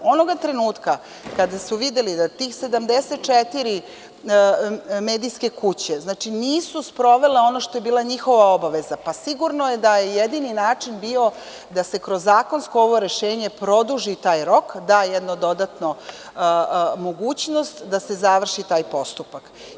Onog trenutka kada su videli da tih 74 medijske kuće nisu sprovele ono što je bila njihova obaveza, sigurno je da je jedini način bio da se kroz ovo zakonsko rešenje produži taj rok, da se da jedna dodatna mogućnost da se završi taj postupak.